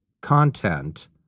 content